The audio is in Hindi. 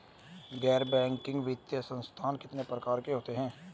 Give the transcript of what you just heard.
गैर बैंकिंग वित्तीय संस्थान कितने प्रकार के होते हैं?